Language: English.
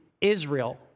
Israel